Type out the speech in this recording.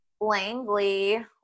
Langley